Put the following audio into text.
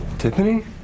Tiffany